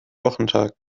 wochentag